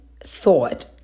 thought